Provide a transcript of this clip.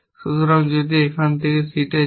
সুতরাং যদি এখান থেকে সিটে যান